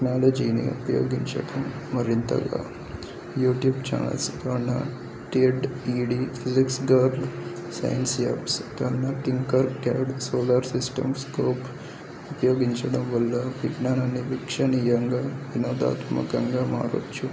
టెక్నాలజీని ఉపయోగించటం మరింతగా యూట్యూబ్ ఛానల్స్ కన్నా టెడ్ ఇ డి ఫిలిప్స్ గార్డ్ సైన్స్ యాప్స్ కన్నా టింకర్ కెరడిక్ సోలార్ సిస్టమ్ స్కోప్ ఉపయోగించడం వల్ల విజ్ఞానాన్ని వీక్షణీయంగా వినోదాత్మకంగా మారవచ్చు